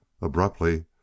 Abruptly